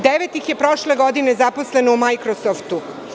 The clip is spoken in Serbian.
Devet ih je prošle godine zaposleno u Microsoft.